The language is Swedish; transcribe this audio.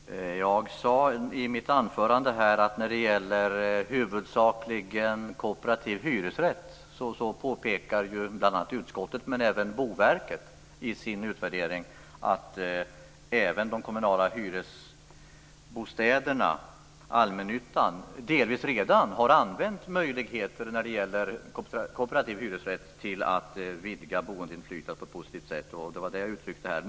Fru talman! Jag sade i mitt anförande att när det gäller huvudsakligen kooperativ hyresrätt påpekar bl.a. utskottet men även Boverket i sin utvärdering att även de kommunala hyresbostäderna, allmännyttan, delvis redan har använt möjligheter när det gäller kooperativ hyresrätt till att vidga boendeinflytandet på ett positivt sätt, och det var det som jag uttryckte här.